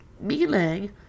meaning